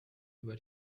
über